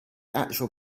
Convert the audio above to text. actual